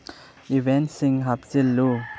ꯏꯚꯦꯟꯁꯤꯡ ꯍꯥꯞꯆꯤꯜꯂꯨ